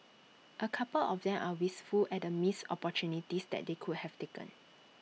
A couple of them are wistful at the missed opportunities that they could have taken